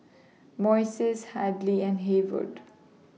Moises Hadley and Haywood